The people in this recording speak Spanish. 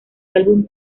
álbum